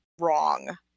wrong